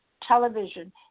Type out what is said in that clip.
television